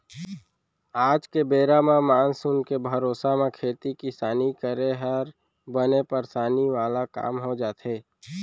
आज के बेरा म मानसून के भरोसा म खेती किसानी करे हर बने परसानी वाला काम हो जाथे